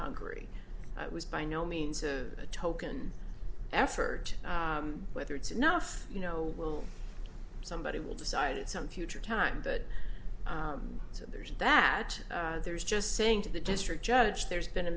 hungry was by no means a token effort whether it's enough you know will somebody will decide at some theatre time that there's that there's just saying to the district judge there's been a